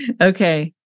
Okay